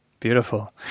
Beautiful